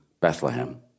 Bethlehem